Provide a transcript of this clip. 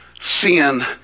sin